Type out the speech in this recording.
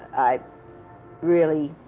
i really